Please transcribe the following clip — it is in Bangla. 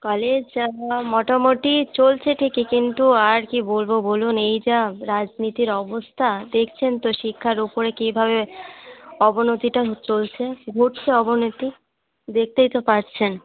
কলেজ এখন মোটামোটি চলছে ঠিকই কিন্তু আর কী বলবো বলুন এই যা রাজনীতির অবস্থা দেখছেন তো শিক্ষার ওপরে কী ভাবে অবনতিটা চলছে ঘটছে অবনতি দেখতেই তো পারছেন